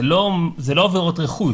זה לא עבירות רכוש.